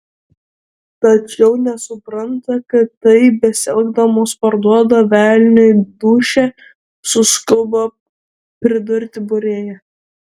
tačiau nesupranta kad taip besielgdamos parduoda velniui dūšią suskubo pridurti būrėja